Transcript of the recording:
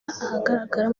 ahagaragara